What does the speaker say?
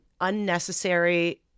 unnecessary